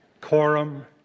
quorum